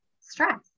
stress